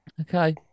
Okay